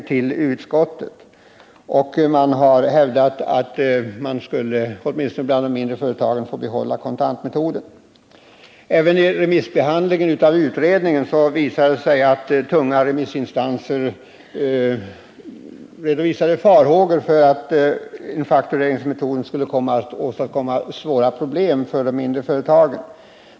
De har hävdat att åtminstone de mindre företagen borde få behålla kontantmetoden. Även vid remissbehandlingen av utredningens betänkande uttryckte tunga remissinstanser farhågor för att faktureringsmetoden skulle medföra stora problem för de mindre företagen.